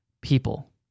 people